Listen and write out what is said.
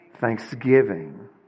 thanksgiving